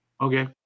Okay